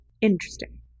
Interesting